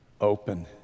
open